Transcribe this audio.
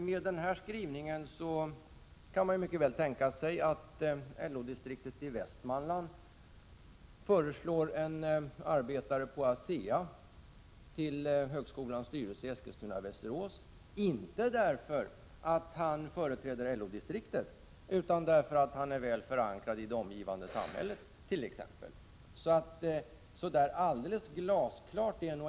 Med denna skrivning är det dock fullt möjligt för t.ex. LO-distriktet i Västmanland att föreslå att en arbetare på ASEA skall ingå i högskolans styrelse i Eskilstuna/Västerås, inte därför att han företräder LO-distriktet utan därför att han är väl förankrad i det omgivande samhället. Definitionen är alltså inte glasklar.